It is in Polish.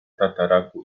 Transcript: tataraku